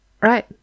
Right